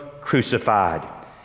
crucified